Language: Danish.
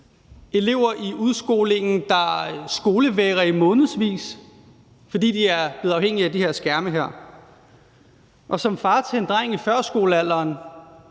elever i udskolingen, der skolevægrer sig i månedsvis, fordi de er blevet afhængige af de her skærme. Og som far til en dreng i førskolealderen